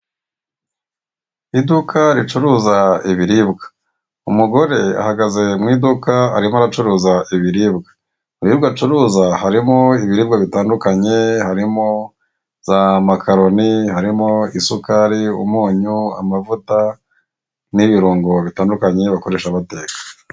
Iduka ricuruza ibiribwa. Umugore ahagaze mu iduka arimo aracuruza ibiribwa. Mu biribwa ari gucuruza harimo amakaroni, isukari, umunyu, ibirungo bakoresha bateka n'ubundi bwoko bw'ibiribwa butandukanye.